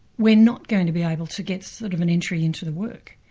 we're not going to be able to get sort of an entry into the work.